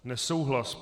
Nesouhlas.